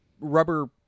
rubber